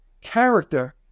character